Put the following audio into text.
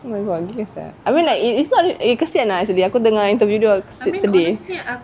oh my god sia I mean like it it's not kesian ah actually aku dengar interview dia sedih